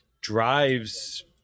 drives